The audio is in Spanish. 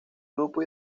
grupo